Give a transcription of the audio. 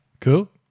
Cool